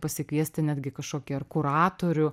pasikviesti netgi kažkokį ar kuratorių